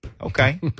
Okay